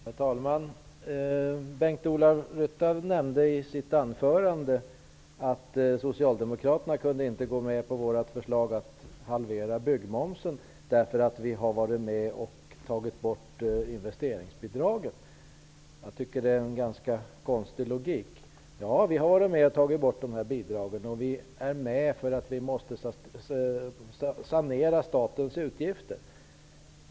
Herr talman! Bengt-Ola Ryttar nämnde i sitt anförande att Socialdemokraterna inte kunde gå med på vårt förslag att halvera byggmomsen därför att vi har varit med om att ta bort investeringsbidragen. Jag tycker att det är en ganska konstig logik. Ja, vi har varit med om att ta bort de bidragen. Vi har varit med på det för att sanera statens utgifter.